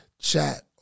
chat